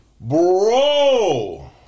Bro